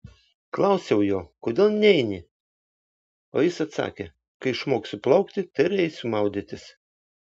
klausiau jo kodėl neini o jis atsakė kai išmoksiu plaukti tai ir eisiu maudytis